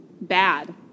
bad